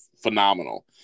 phenomenal